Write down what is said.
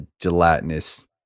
gelatinous